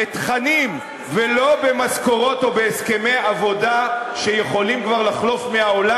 בתכנים ולא במשכורות או בהסכמי עבודה שיכולים כבר לחלוף מהעולם,